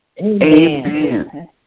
Amen